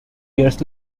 years